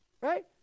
Right